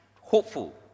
hopeful